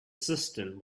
cistern